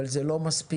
אבל זה לא מספיק.